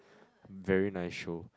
very nice show